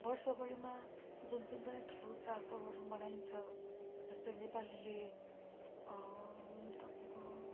वर्ष भरिमा जुन जुन पनि ठुलो चाँड पर्वहरू मनाइन्छ जस्तै नेपालीले तपाईँको